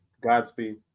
Godspeed